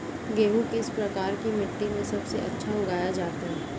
गेहूँ किस प्रकार की मिट्टी में सबसे अच्छा उगाया जाता है?